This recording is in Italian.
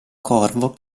corvo